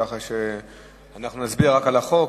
כך שאנחנו נצביע רק על החוק,